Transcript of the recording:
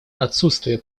отсутствие